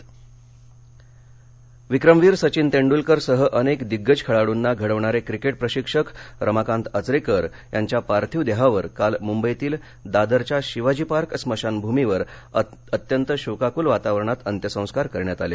आचरेकर अंत्यसंस्कार विक्रमवीर सचिन तेंडुलकर सह अनेक दिम्गज खेळाडूंना घडवणारे क्रिकेट प्रशिक्षक रमाकांत आचरेकर यांच्या पार्थिव देहावर काल मंबईतील दादरच्या शिवाजी पार्क स्मशानभूमीवर अत्यंत शोकाकल वातावरणात अंत्यसंस्कार करण्यात आले